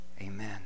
amen